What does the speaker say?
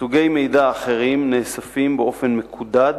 סוגי מידע אחרים נאספים באופן מקודד